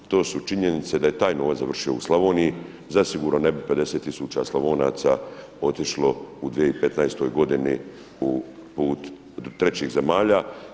To su činjenice da je taj novac završio u Slavoniji zasigurno ne bi 50000 Slavonaca otišlo u 2015. godini put trećih zemalja.